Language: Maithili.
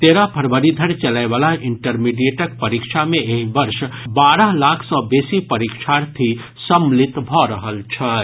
तेरह फरवरी धरि चलय वला इंटरमीडिएटक परीक्षा मे एहि वर्ष बारह लाख सँ बेसी परीक्षार्थी सम्मिलित भऽ रहल छथि